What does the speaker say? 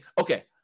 okay